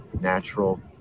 natural